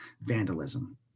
vandalism